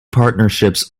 partnerships